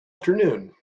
afternoon